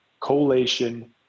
collation